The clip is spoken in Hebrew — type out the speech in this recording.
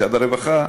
משרד הרווחה,